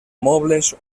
mobles